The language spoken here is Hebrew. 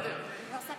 אני לא משמש